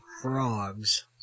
Frogs